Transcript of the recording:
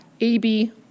AB